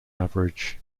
average